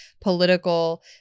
political